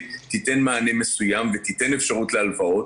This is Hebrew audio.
תיתן מענה מסוים ותיתן אפשרות להלוואות.